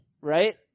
Right